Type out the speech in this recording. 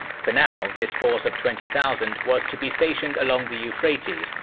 for now, this force of twenty thousand was to be stationed along the euphrates,